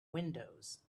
windows